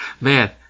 Man